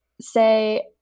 say